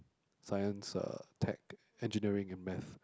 science ah tech engineering and math